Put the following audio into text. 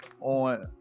on